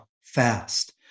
fast